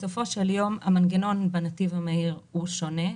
בסופו של יום, המנגנון בנתיב המהיר שונה.